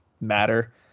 matter